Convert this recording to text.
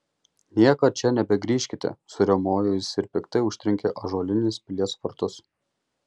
niekad čia nebegrįžkite suriaumojo jis ir piktai užtrenkė ąžuolinius pilies vartus